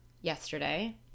yesterday